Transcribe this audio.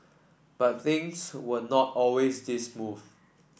but things were not always this smooth